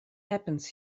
happens